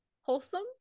wholesome